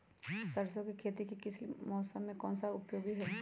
सरसो की खेती के लिए कौन सा मौसम उपयोगी है?